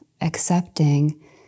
accepting